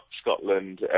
Scotland